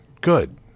good